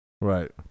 Right